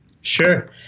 Sure